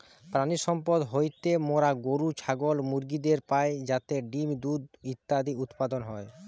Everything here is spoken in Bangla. প্রাণিসম্পদ হইতে মোরা গরু, ছাগল, মুরগিদের পাই যাতে ডিম্, দুধ ইত্যাদি উৎপাদন হয়